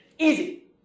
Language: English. Easy